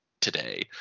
today